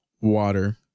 water